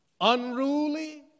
unruly